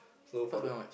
so for the